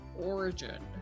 origin